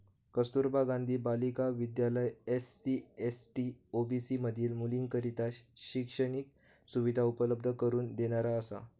कस्तुरबा गांधी बालिका विद्यालय SC, ST, OBC मधील मुलींकरता शैक्षणिक सुविधा उपलब्ध करून देणारा असा